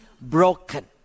broken